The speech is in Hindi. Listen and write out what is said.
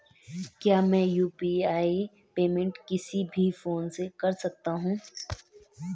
क्या मैं यु.पी.आई पेमेंट किसी भी फोन से कर सकता हूँ?